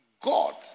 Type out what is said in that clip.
God